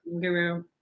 guru